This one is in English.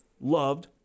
loved